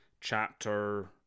chapter